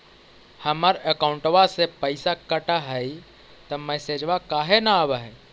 हमर अकौंटवा से पैसा कट हई त मैसेजवा काहे न आव है?